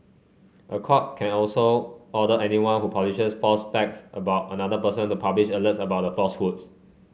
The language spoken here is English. a court can also order anyone who publishes false facts about another person to publish alerts about the falsehoods